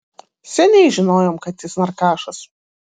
seniai žinojom kad jis narkašas